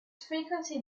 frequency